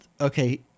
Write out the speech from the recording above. okay